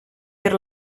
per